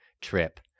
trip